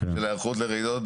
להיערכות לרעידות אדמה.